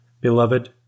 Beloved